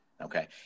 Okay